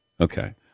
Okay